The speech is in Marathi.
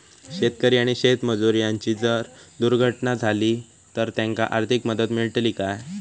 शेतकरी आणि शेतमजूर यांची जर दुर्घटना झाली तर त्यांका आर्थिक मदत मिळतली काय?